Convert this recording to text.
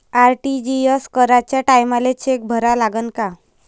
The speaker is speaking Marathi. आर.टी.जी.एस कराच्या टायमाले चेक भरा लागन का?